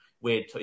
Weird